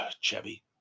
Chevy